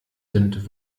sind